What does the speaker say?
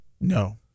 No